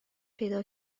پیدا